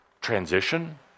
transition